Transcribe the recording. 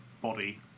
body